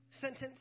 sentence